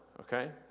Okay